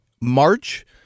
March